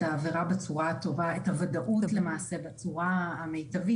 הוודאות למעשה בצורה המיטבית.